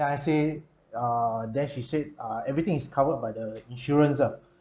I say err then she said err everything is covered by the insurance ah